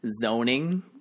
zoning